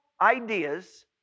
ideas